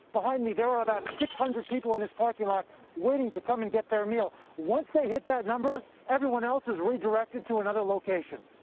behind me there are about six hundred people in the parking lot waiting to come and get their meal. once they hit that number, everyone else is redirected to another location.